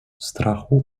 strachu